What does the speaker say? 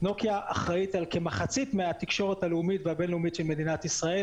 נוקיה אחראית על כמחצית מהתקשורת הלאומית והבין-לאומית של מדינת ישראל,